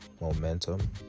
momentum